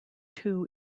two